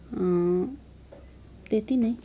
त्यति नै